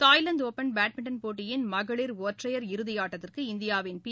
Thailand open badminton போட்டியின் மகளிர் ஒற்றையர் இறுதியாட்டத்திற்கு இந்தியாவின் பி